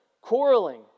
quarreling